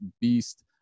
beast